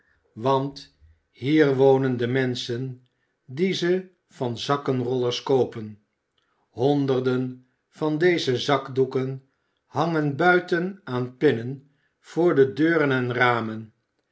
want hier wonen de menschen die ze van zakkenrollers koopen honderden van deze zakdoeken hangen buiten aan pinnen voor de deuren en ramen